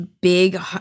big